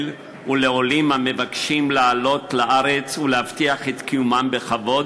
ולעולים המבקשים לעלות לארץ ולהבטיח את קיומם בכבוד,